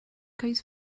goes